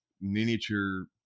miniature